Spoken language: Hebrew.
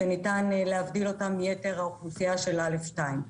וניתן להבדיל אותם מיתר האוכלוסייה של א2.